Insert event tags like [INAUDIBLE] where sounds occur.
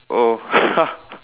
oh [LAUGHS]